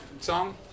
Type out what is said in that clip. song